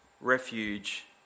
refuge